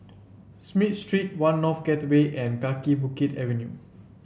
Smith Street One North Gateway and Kaki Bukit Avenue